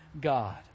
God